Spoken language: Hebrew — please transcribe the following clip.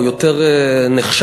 הוא יותר נחשק.